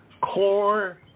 core